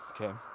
okay